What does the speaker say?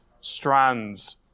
strands